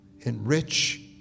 enrich